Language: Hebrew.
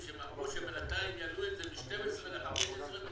בינתיים יעלו את זה מ-12 ל-15.